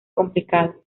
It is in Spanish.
complicado